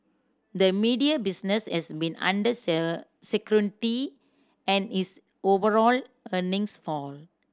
the media business has been under scrutiny and its overall earnings fall